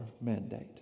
mandate